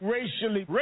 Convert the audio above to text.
Racially